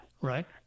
Right